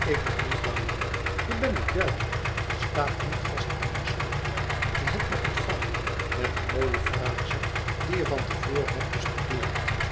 ik ben niet bang je bent het wel je staat niet vast in je schoenen je hebt me ontvangen met een mooie fraze die je van te voren hebt bestudeerd